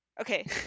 Okay